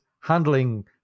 handling